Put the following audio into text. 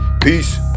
Peace